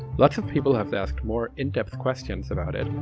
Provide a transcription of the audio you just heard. lots of people have asked more in-depth questions about it,